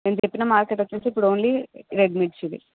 మేము చెప్పిన మార్కెట్ వచ్చేసి ఓన్లీ రెడ్ మిర్చి దే